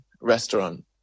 restaurant